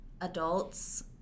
adults